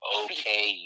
okay